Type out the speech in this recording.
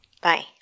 bye